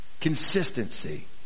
Consistency